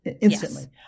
Instantly